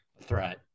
threat